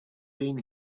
been